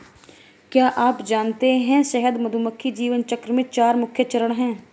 क्या आप जानते है शहद मधुमक्खी जीवन चक्र में चार मुख्य चरण है?